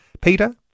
Peter